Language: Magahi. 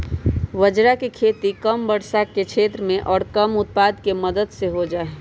बाजरा के खेती कम वर्षा के क्षेत्र में और कम खाद के मदद से हो जाहई